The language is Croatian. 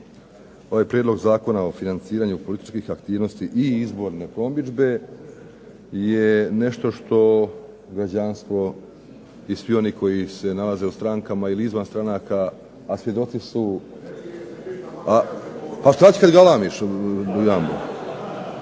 ovaj Prijedlog zakona o financiranju političkih aktivnosti i izborne promidžbe je nešto što građanstvo i svi oni koji se nalaze u strankama ili izvan stranaka, a svjedoci su, a šta ću kad galamiš tamo,